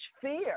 fear